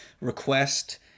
request